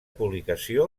publicació